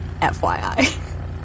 FYI